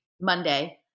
Monday